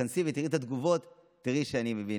תיכנסי ותראי את התגובות, תראי שאני מבין.